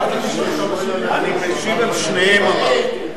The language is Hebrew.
אני משיב על שניהם, אמרתי.